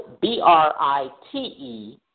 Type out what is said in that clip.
B-R-I-T-E